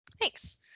Thanks